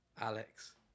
Alex